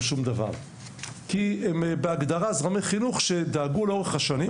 שום דבר כי הם בהגדרה זרמי חינוך שדאגו לאורך השנים,